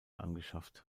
angeschafft